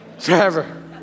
Forever